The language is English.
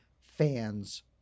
fans